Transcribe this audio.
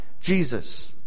Jesus